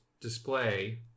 display